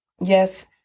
Yes